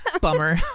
bummer